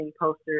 posters